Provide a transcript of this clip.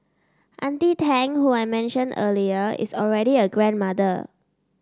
auntie Tang who I mentioned earlier is already a grandmother